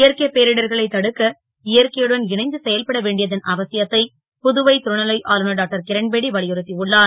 இயற்கை பேரிடர்களை தடுக்க இயற்கையுடன் இணைந்து செயல்பட வேண்டியதன் அவசியத்தை புதுவை துணை லை ஆளுநர் டாக்டர் கிரண்பேடி வலியுறுத் யுள்ளார்